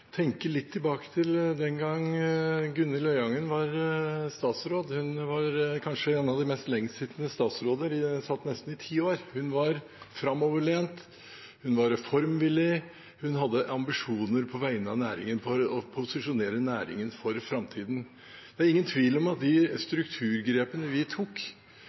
tenker jeg tilbake på den gang Gunhild Øyangen var statsråd. Hun var kanskje en av de lengstsittende statsrådene – hun satt i nesten ti år. Hun var framoverlent, hun var reformvillig, hun hadde ambisjoner på vegne av næringen, for å posisjonere næringen for framtida. Det er ingen tvil om at de strukturgrepene vi tok